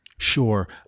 Sure